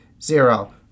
zero